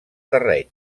terreny